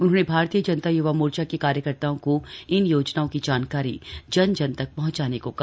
उन्होंने भारतीय जनता य्वा मोर्चा के कार्यकर्ताओं को इन योजनाओं की जानकारी जन जन तक पहंचाने को कहा